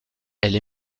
elle